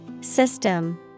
System